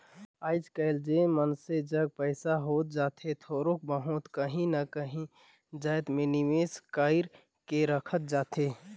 आएज काएल जेन मइनसे जग पइसा होत जाथे थोरोक बहुत काहीं ना काहीं जाएत में निवेस कइर के राखत जाथे